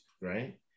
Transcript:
right